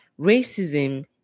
racism